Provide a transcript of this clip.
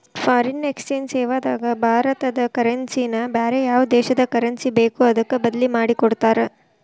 foreign exchange ಸೇವಾದಾಗ ಭಾರತದ currency ನ ಬ್ಯಾರೆ ಯಾವ್ ದೇಶದ್ ಕರೆನ್ಸಿ ಬೇಕೊ ಅದಕ್ಕ ಬದ್ಲಿಮಾದಿಕೊಡ್ತಾರ್